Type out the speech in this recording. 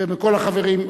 ומכל החברים.